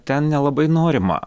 ten nelabai norima